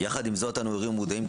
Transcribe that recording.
יחד עם זאת אנו ערים ומודעים,